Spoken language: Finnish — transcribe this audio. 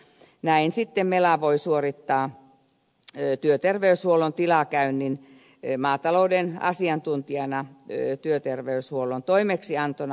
näin sitten mela voi suorittaa työterveyshuollon tilakäynnin maatalouden asiantuntijana työterveyshuollon toimeksiantona